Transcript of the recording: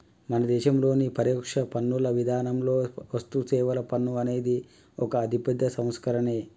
మన దేశంలోని పరోక్ష పన్నుల విధానంలో వస్తుసేవల పన్ను అనేది ఒక అతిపెద్ద సంస్కరనే